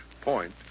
point